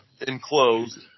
enclosed